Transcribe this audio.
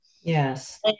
Yes